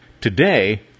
Today